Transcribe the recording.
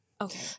Okay